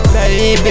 Baby